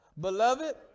Beloved